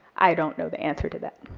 i don't know the answer to that,